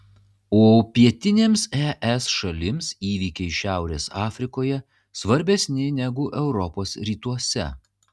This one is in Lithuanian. o pietinėms es šalims įvykiai šiaurės afrikoje svarbesni negu europos rytuose